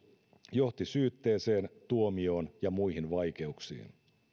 johti syytteeseen tuomioon ja muihin vaikeuksiin